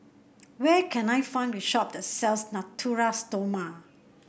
where can I find the shop that sells Natura Stoma